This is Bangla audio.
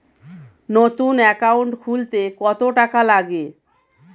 নতুন একাউন্ট খুলতে কত টাকা লাগে?